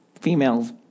Females